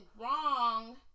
wrong